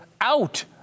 out